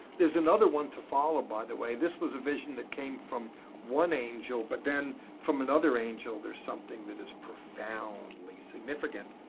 there's another one to follow, by the way. this was a vision that came from one angel, but then from another angel, there's something that is profoundly significant.